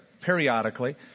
periodically